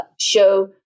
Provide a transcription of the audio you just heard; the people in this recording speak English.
show